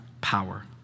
power